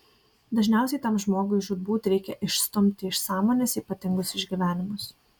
dažniausiai tam žmogui žūtbūt reikia išstumti iš sąmonės ypatingus išgyvenimus